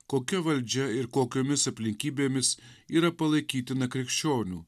kokia valdžia ir kokiomis aplinkybėmis yra palaikytina krikščionių